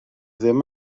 ddim